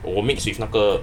我 mixed with 那个